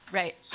right